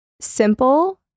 simple